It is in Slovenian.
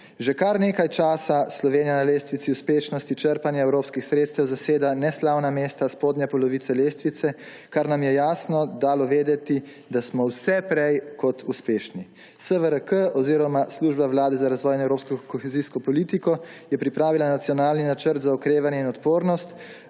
Že kar nekaj časa Slovenija na lestvici uspešnosti črpanja evropskih sredstev zaseda neslavna mesta spodnje polovice lestvice, kar nam je jasno dalo vedeti, da smo vse prej kot uspešni. SVRK oziroma Služba Vlade za razvoj in evropsko kohezijsko politiko je pripravila nacionalni Načrt za okrevanje in odpornost,